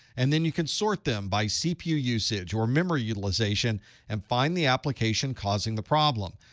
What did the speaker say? and then you can sort them by cpu usage or memory utilization and find the application causing the problem.